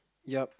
yup